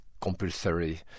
compulsory